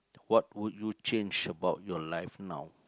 what would you change about your life now